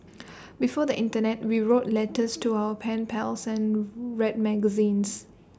before the Internet we wrote letters to our pen pals and read magazines